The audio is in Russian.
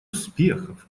успехов